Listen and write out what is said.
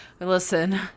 Listen